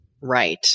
right